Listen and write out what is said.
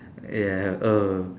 ya uh